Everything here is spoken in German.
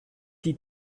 die